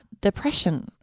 depression